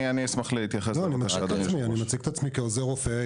אני מציג את עצמי כעוזר רופא,